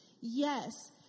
yes